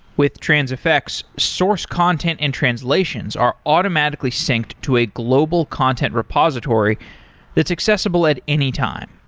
with transifex, source content and translations are automatically synced to a global content repository that's accessible at any time.